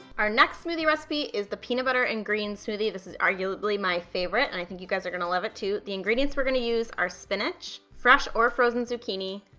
our next smoothie recipe is the peanut butter and greens smoothie, this is arguably my favorite and i think you guys are gonna love it too. the ingredients we're gonna use are spinach, fresh or frozen zucchini,